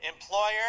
employer